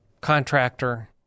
contractor